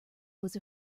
was